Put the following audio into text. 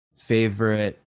favorite